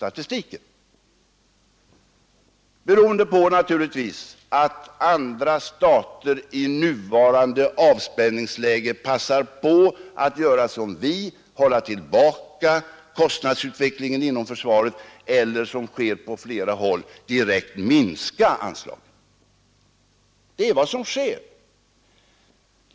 Anledningen härtill är naturligtvis att andra stater i nuvarande avspänningsläge passar på att göra som vi: håller tillbaka kostnadsutvecklingen inom försvaret eller, som sker på flera håll, direkt minskar anslagen. Det är den tendens som nu förekommer.